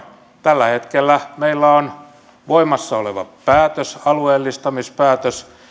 tällä hetkellä meillä on voimassa oleva päätös alueellistamispäätös